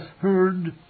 heard